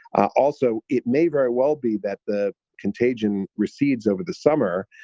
also, it may very well be that the contagion recedes over the summer,